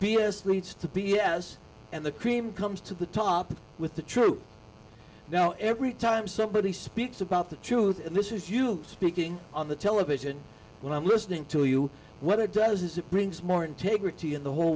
needs to be yes and the cream comes to the top with the truth now every time somebody speaks about the truth and this is you speaking on the television when i'm listening to you what it does is it brings more integrity in the whole